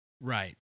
Right